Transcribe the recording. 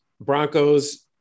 Broncos